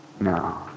No